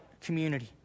community